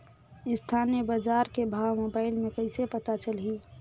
स्थानीय बजार के भाव मोबाइल मे कइसे पता चलही?